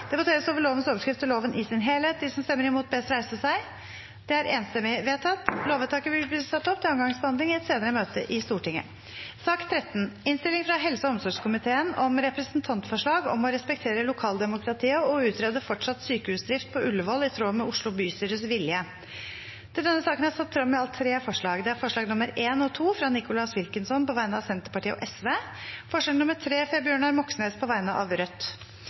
Det voteres over lovens overskrift og loven i sin helhet. Lovens overskrift og loven i sin helhet ble enstemmig bifalt. Lovvedtaket vil bli ført opp til andre gangs behandling i et senere møte i Stortinget. Under debatten er det satt frem i alt tre forslag. Det er forslagene nr. 1 og 2, fra Nicholas Wilkinson på vegne av Senterpartiet og Sosialistisk Venstreparti forslag nr. 3, fra Bjørnar Moxnes på vegne av Rødt